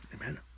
Amen